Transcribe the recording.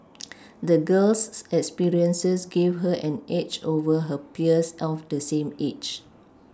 the girl's experiences gave her an edge over her peers of the same age